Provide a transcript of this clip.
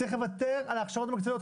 צריך לוותר על ההכשרות המקצועיות.